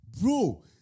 bro